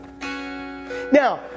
Now